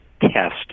test